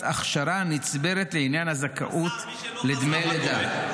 אכשרה הנצברת לעניין הזכאות לדמי לידה.